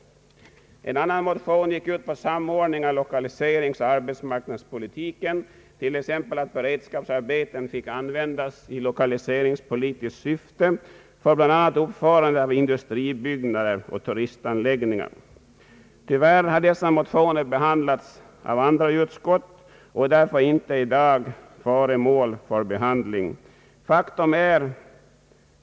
En annan motion gick ut på samordning av lokaliseringsoch arbetsmarknadspolitiken, t.ex. att beredskapsarbeten fick användas i lokaliseringspoli tiskt syfte för bl.a. uppförande av industribyggnader och turistanläggningar. Tyvärr har dessa motioner behandlats av andra utskott och är därför i dag inte föremål för behandling.